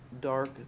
dark